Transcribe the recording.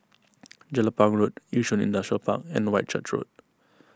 Jelapang Road Yishun Industrial Park and Whitchurch Road